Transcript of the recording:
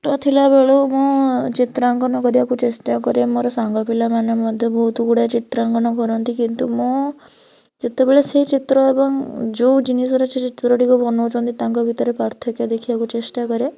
ଛୋଟ ଥିଲା ବେଳୁ ମୁଁ ଚିତ୍ରାଙ୍କନ କରିବାକୁ ଚେଷ୍ଟା କରେ ମୋର ସାଙ୍ଗ ପିଲାମାନେ ମଧ୍ୟ ବହୁତ ଗୁଡ଼ାଏ ଚିତ୍ରାଙ୍କନ କରନ୍ତି କିନ୍ତୁ ମୁଁ ଯେତେବେଳେ ସେ ଚିତ୍ର ହେବ ଯେଉଁ ଜିନିଷର ସେ ଚିତ୍ରଟିକୁ ବନାଉଛନ୍ତି ତାଙ୍କ ଭିତରେ ପାର୍ଥକ୍ୟ ଦେଖିବାକୁ ଚେଷ୍ଟା କରେ